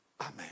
Amen